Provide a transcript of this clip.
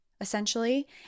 essentially